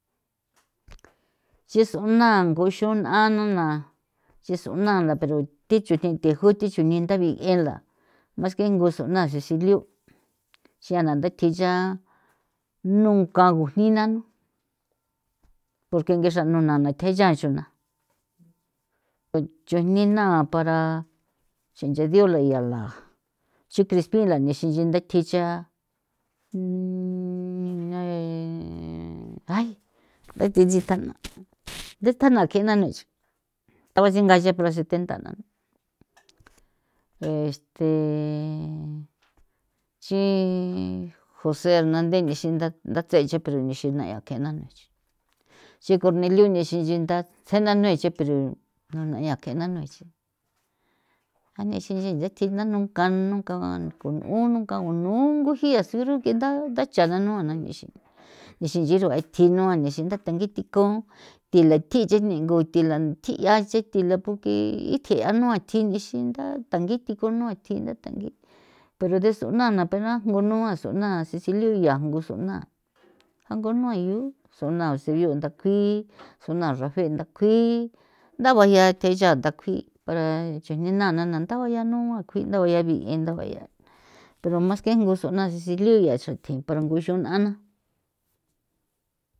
ches'una nguxu n'a nuna ch'es'una la pero thi chuthi nthe juthi chunenthe tanda bink'e la masken gozo na ceciliu' xiana ndathe ya nunca gujni nanu porque nge xranuna natheyaxra nuna ko chujni na o para xenche diola yala xri crispila nexinchine thicha ay nthathitsi kana dekjana kano nexi kaba singaye por sethentha nana este chi jose hernande nixin nda ndatse nche pero nixe na yake nane xi corneliu nixin nchi nda tsena nue che pero nuna 'ia ke na n'ue che a nexin nchi thetina nunka nunka ni ko n'on nunca gunu ngujia surge nda ndacha nanua na ng'ixi nixin nchi rua thi nua nee ixin tanda thikon thila thji yeen nee ngu thi la thjiasi thila poque ithia nua thji ixinga thangithi pero resunuana pero aju gunuasu na ceciliu' ya ngusuna jangono aiu sunao siyo ndakui sunarafe nda kjui ndaba ya the xanda kjui para eche nena nthaba yanu a kjui ndaba ya bi'e ndaba ya pero masken gusuna ceciliu' ya xruthi para nguxu n'a na.